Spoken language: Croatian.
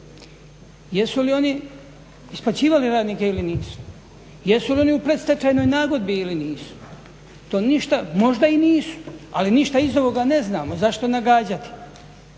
jesu li oni isplaćivali radnike ili nisu, jesu li oni u predstečajnoj nagodbi ili nisu. To ništa možda i nisu ali ništa iz ovoga ne znamo. zašto nagađati.